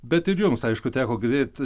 bet ir jums aišku teko girdėt